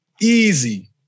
easy